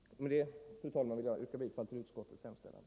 Med det anförda, fru talman, vill jag yrka bifall till utskottets hemställan.